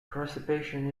precipitation